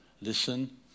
listen